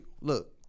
Look